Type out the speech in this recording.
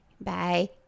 Bye